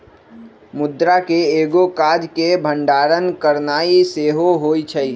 मुद्रा के एगो काज के भंडारण करनाइ सेहो होइ छइ